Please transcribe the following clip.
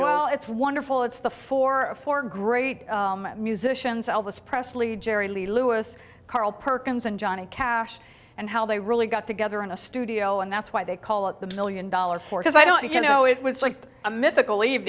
well it's wonderful it's the four for great musicians elvis presley jerry lee lewis carl perkins and johnny cash and how they really got together in a studio and that's why they call it the million dollar horses i don't you know it was like a mythical leave